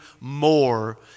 more